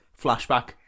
flashback